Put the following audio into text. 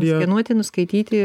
nuskanuoti nuskaityti